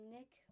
Nick